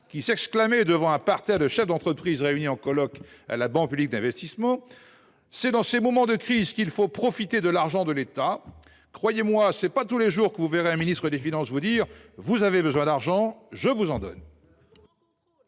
Maire s’exclamait devant un parterre de chefs d’entreprise réunis en colloque à la Banque publique d’investissement :« C’est dans ces moments de crise qu’il faut profiter de l’argent de l’État. Croyez moi, ce n’est pas tous les jours que vous verrez un ministre des finances vous dire : “Vous avez besoin d’argent ; je vous en donne.”